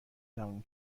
تمام